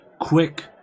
quick